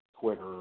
Twitter